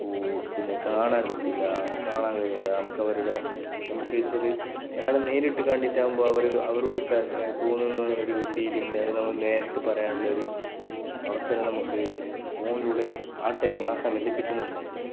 അപ്പോൾ പിന്നെ കാണാന് പറ്റില്ല കാണാന് കഴിയുകയേയില്ല നമുക്കവരുടെ നമുക്ക് ആക്ച്വലി ഒരാളേ നേരിട്ട് കണ്ടിട്ടകുമ്പോൾ അവർ അവരോടു ക തോന്നുന്ന ഒരു ഫീലിംഗ് അത് നമുക്ക് നേരിട്ട് പറയാനുള്ളൊരു അവസരം നമുക്ക് ഫോണിലൂടെ ആ ടൈം ആ സമയത്ത് കിട്ടുന്നുണ്ടായിട്ടില്ല